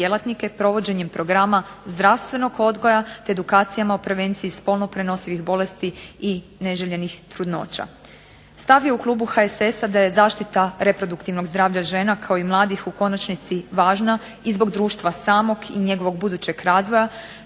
provođenjem Programa zdravstvenog odgoja te edukacijama o prevenciji spolno prenosivih bolesti i neželjenih trudnoća. Stav je u Klubu HSS-a da je zaštita reproduktivnog zdravlja žena kao i mladih u konačnici važna i zbog društva samog i njegovog budućeg razvoja,